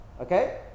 Okay